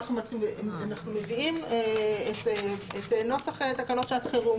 אנחנו מביאים את נוסח תקנות שעת חירום,